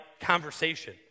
conversation